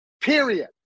period